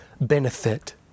benefit